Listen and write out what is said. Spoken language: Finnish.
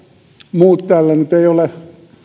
muut täällä nyt eivät ole